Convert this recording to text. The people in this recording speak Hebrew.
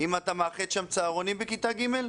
אם אתה מאחד צהרונים בכיתה ג'?